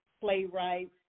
playwrights